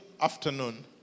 afternoon